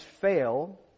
fail